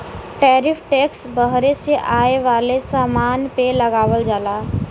tariff tax बहरे से आये वाले समान पे लगावल जाला